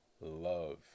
love